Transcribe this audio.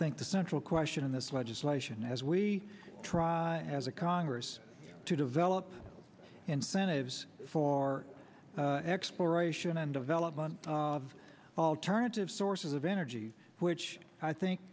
think the central question in this legislation as we try as a congress to develop incentive for exploration and development of alternative sources of energy which i think